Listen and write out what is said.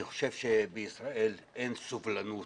אני חושב שבישראל אין סובלנות